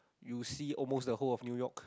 you see almost the whole of new-york